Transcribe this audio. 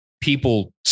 people